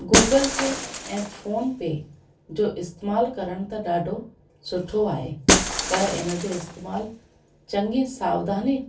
Google Pay ऐं PhonePe जो इस्तेमालु करण त ॾाढो सुठो आहे पर इन जो इस्तेमालु चङी सावधानी